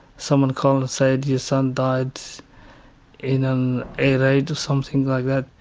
someone called and said, your son died in in and something like that.